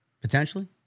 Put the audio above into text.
Potentially